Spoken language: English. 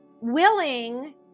willing